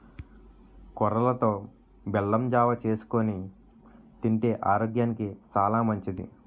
కొర్రలతో బెల్లం జావ చేసుకొని తింతే ఆరోగ్యానికి సాలా మంచిది